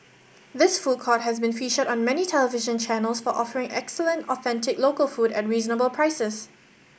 this food court has been featured on many television channels for offering excellent authentic local food at reasonable prices